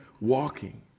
walking